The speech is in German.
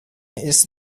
ist